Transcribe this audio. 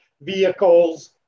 vehicles